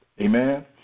Amen